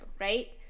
right